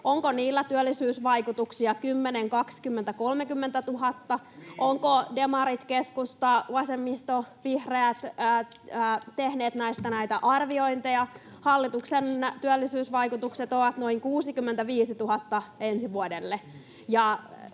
Onko niillä työllisyysvaikutuksia 10 000, 20 000, 30 000? [Ben Zyskowiczin välihuuto] Ovatko demarit, keskusta, vasemmisto, vihreät tehneet näistä näitä arviointeja? Hallituksen työllisyysvaikutukset ovat noin 65 000 ensi vuodelle.